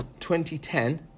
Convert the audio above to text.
2010